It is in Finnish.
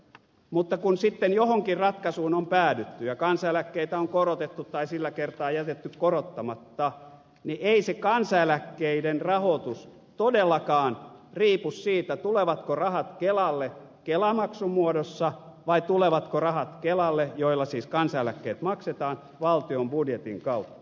mutta kun sitten johonkin ratkaisuun on päädytty ja kansaneläkkeitä on korotettu tai sillä kertaa jätetty korottamatta niin ei se kansaneläkkeiden rahoitus todellakaan riipu siitä tulevatko rahat kelalle kelamaksun muodossa vai tulevatko kelalle rahat joilla siis kansaneläkkeet maksetaan valtion budjetin kautta